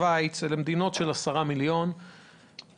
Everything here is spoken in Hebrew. שווייץ הן מדינות של עשרה מיליון --- לא,